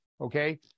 Okay